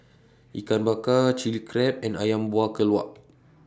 Ikan Bakar Chili Crab and Ayam Buah Keluak